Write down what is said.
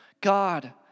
God